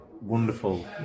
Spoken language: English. wonderful